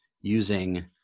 using